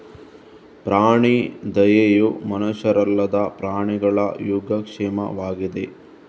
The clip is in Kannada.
ಪ್ರಾಣಿ ದಯೆಯು ಮನುಷ್ಯರಲ್ಲದ ಪ್ರಾಣಿಗಳ ಯೋಗಕ್ಷೇಮವಾಗಿದೆ